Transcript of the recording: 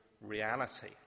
reality